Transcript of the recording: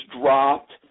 dropped